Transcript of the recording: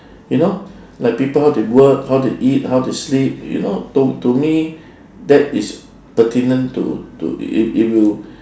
you know like people how they work how they eat how they sleep you know to to me that is pertinent to to it it it will